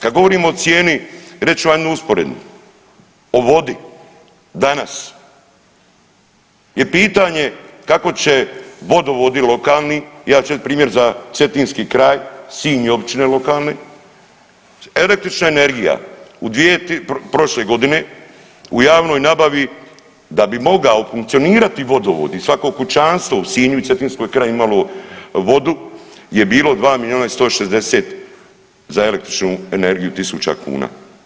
Kad govorim o cijeni reći ću vam jednu usporedbu, o vodi danas je pitanje kako će vodovodi lokalni, ja ću reći primjer za cetinski kraj Sinj i općine lokalne, električna energija u, prošle godine u javnoj nabavi da bi mogao funkcionirati vodovod i svako kućanstvo u Sinju i Cetinskoj krajini imalo vodu je bilo 2 miliona i 160 za električnu energiju tisuća kuna.